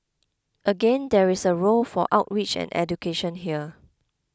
again there is a role for outreach and education here